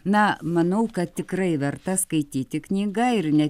na manau kad tikrai verta skaityti knygą ir ne